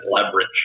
leverage